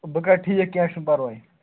بہٕ کَر ٹھیٖک کیٚنٛہہ چھُنہٕ پرواے